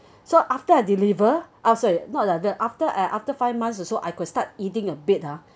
so after I deliver ah sorry not the the after I after five months so I could start eating a bit ah